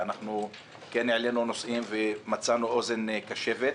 העלינו נושאים ומצאנו אוזן קשבת.